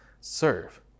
serve